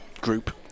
group